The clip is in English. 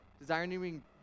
desiring